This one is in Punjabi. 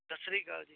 ਸਤਿ ਸ਼੍ਰੀ ਅਕਾਲ ਜੀ